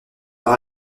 par